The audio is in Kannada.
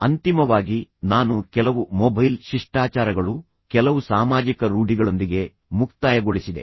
ಅಂತಿಮವಾಗಿ ನಾನು ಕೆಲವು ಮೊಬೈಲ್ ಶಿಷ್ಟಾಚಾರಗಳು ಕೆಲವು ಸಾಮಾಜಿಕ ರೂಢಿಗಳೊಂದಿಗೆ ಮುಕ್ತಾಯಗೊಳಿಸಿದೆ